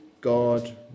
God